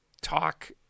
talk